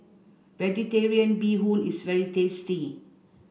vegetarian bee hoon is very tasty